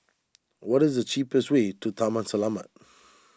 what is the cheapest way to Taman Selamat